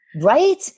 right